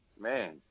man